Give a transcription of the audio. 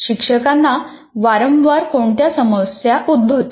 शिक्षकांना वारंवार कोणत्या समस्या उद्भवतात